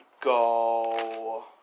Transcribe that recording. go